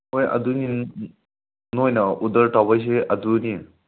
ꯍꯣꯏ ꯑꯗꯨꯅꯤ ꯅꯣꯏꯅ ꯑꯣꯗꯔ ꯇꯧꯕ ꯍꯥꯏꯁꯦ ꯑꯗꯨꯅꯤ